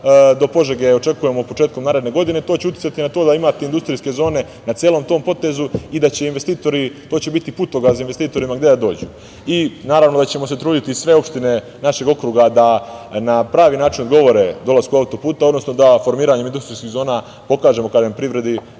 do Požege očekujemo početkom naredne godine. To će uticati na to da imate industrijske zone na celom tom potezu i da će investitorima to biti putokaze gde da dođu i naravno da ćemo se truditi, sve opštine našeg okruga da na pravi način odgovore dolasku autoputa, odnosno da formiranjem industrijskih zona pokažemo privredi,